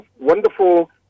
wonderful